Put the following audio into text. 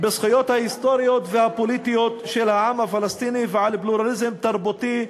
בזכויות ההיסטוריות והפוליטיות של העם הפלסטיני ועל פלורליזם תרבותי,